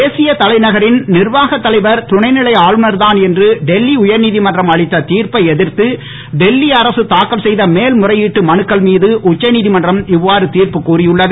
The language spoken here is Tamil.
தேசிய தலைநகரின் நிர்வாகத் தலைவர் துணைநிலை ஆளுநர் தான் என்று டெல்லி உயர்நீதிமன்றம் அளித்த திர்ப்பை எதிர்த்து டெல்லி அரசு செய்த மேல்முறையீட்டு மனுக்கள் மீது உச்சநீதிமன்றம் இவ்வாறு தீர்ப்பு கூறியுள்ளது